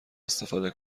استفاده